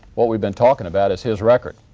what we've been talking about is his record.